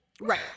Right